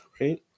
right